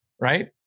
right